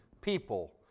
people